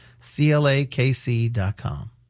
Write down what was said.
clakc.com